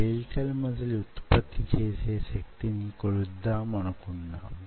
skeletal muscle ఉత్పత్తి చేసే శక్తి ని కొలుద్దామని అనుకున్నాము